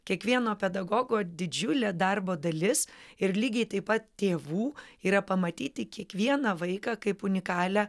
kiekvieno pedagogo didžiulė darbo dalis ir lygiai taip pat tėvų yra pamatyti kiekvieną vaiką kaip unikalią